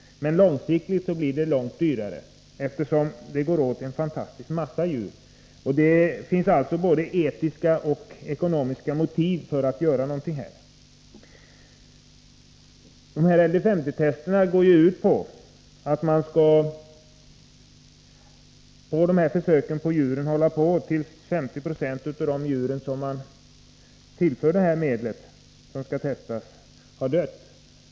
Det finns alltså både etiska och ekonomiska motiv för att göra någonting på det här området.